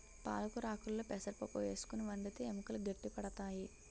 పాలకొరాకుల్లో పెసరపప్పు వేసుకుని వండితే ఎముకలు గట్టి పడతాయి